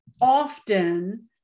Often